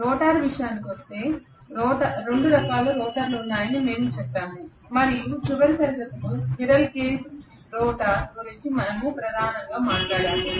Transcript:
rotor విషయానికొస్తే రెండు రకాల రోటర్లు ఉన్నాయని మేము చెప్పాము మరియు చివరి తరగతిలో స్క్విరెల్ కేజ్ రోటర్ గురించి మేము ప్రధానంగా మాట్లాడాము